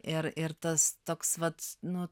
ir ir tas toks vat nu